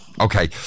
Okay